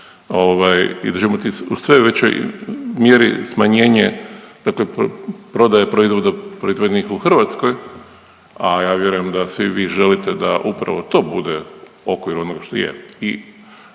i da ćemo imati u sve većoj mjeri smanjenje, dakle prodaje proizvoda proizvedenih u Hrvatskoj, a ja vjerujem da svi vi želite da upravo to bude okvir onoga što je.